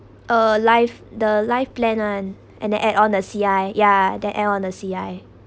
err life the life plan [one] and then add on the C_I yeah that add on the C_I